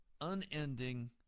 unending